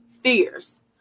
fears